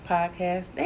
Podcast